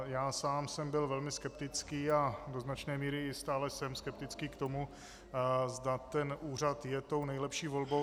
Já sám jsem byl velmi skeptický a do značné míry i stále jsem skeptický k tomu, zda ten úřad je tou nejlepší volbou.